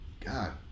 God